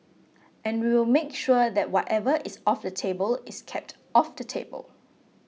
and we will make sure that whatever is off the table is kept off the table